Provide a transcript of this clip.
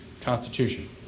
Constitution